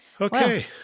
Okay